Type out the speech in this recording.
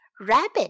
Rabbit